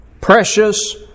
Precious